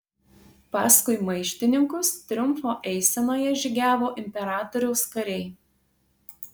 paskui maištininkus triumfo eisenoje žygiavo imperatoriaus kariai